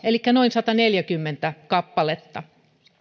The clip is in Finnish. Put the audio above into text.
elikkä noin sataneljäkymmentä kappaletta